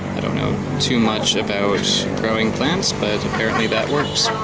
i don't know too much about growing plants, but apparently that works